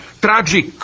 tragic